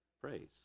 praise